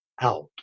out